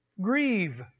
Grieve